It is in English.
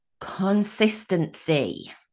consistency